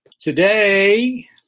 Today